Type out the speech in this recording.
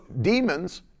demons